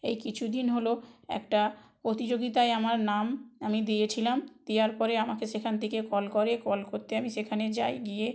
এই কিছুদিন হলো একটা প্রতিযোগিতায় আমার নাম আমি দিয়েছিলাম দেওয়ার পরে আমাকে সেখান থেকে কল করে কল করতে আমি সেখানে যাই গিয়ে